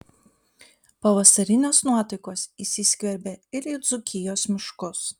pavasarinės nuotaikos įsiskverbė ir į dzūkijos miškus